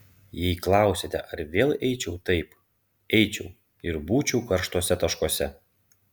jei klausiate ar vėl eičiau taip eičiau ir būčiau karštuose taškuose